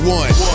one